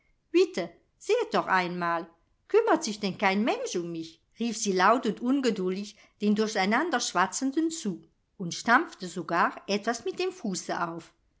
bitte seht doch einmal kümmert sich denn kein mensch um mich rief sie laut und ungeduldig den durcheinanderschwatzenden zu und stampfte sogar etwas mit dem fuße auf